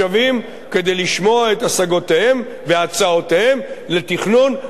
את השגותיהם והצעותיהם לתכנון היישוב שלהם בעתיד.